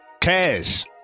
Cash